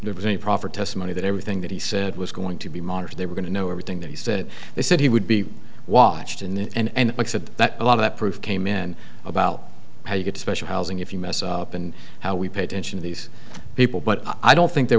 there was a proffer testimony that everything that he said was going to be monitored they were going to know everything that he said they said he would be watched in the end i said that a lot of that proof came in about how you get special housing if you mess up and how we pay attention these people but i don't think there